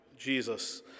Jesus